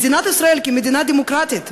מדינת ישראל כמדינה דמוקרטית,